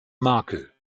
makel